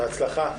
בהצלחה.